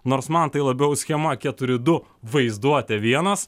nors man tai labiau schema keturi du vaizduotė vienas